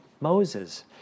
Moses